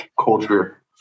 culture